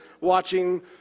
watching